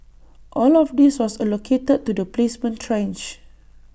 all of this was allocated to the placement tranche